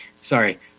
sorry